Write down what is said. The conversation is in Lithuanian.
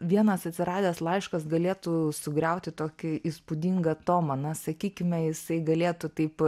vienas atsiradęs laiškas galėtų sugriauti tokį įspūdingą tomą na sakykime jisai galėtų taip